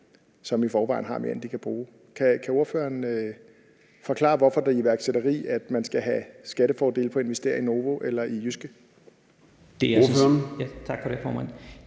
som i forvejen har mere, end de kan bruge. Kan ordføreren forklare, hvordan det er iværksætteri, at man skal have skattefordele ved at investere i Novo Nordisk